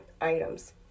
items